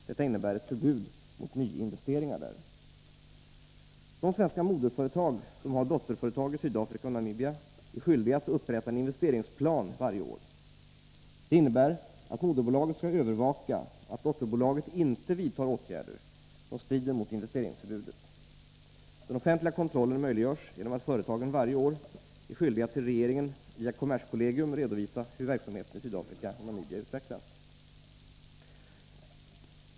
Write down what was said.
Detta innebär ett förbud mot nyinvesteringar där. De svenska moderföretag som har dotterföretag i.Sydafrika och Namibia är skyldiga att upprätta en investeringsplan varje år. Detta innebär att moderbolaget skall övervaka att dotterbolaget inte vidtar åtgärder som strider mot investeringsförbudet. Den offentliga kontrollen möjliggörs genom att företagen varje år är skyldiga att till regeringen via kommerskollegium redovisa hur verksamheten i Sydafrika och Namibia utvecklas.